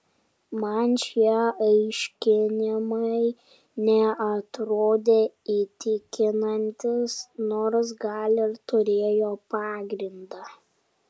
man šie aiškinimai neatrodė įtikinantys nors gal ir turėjo pagrindą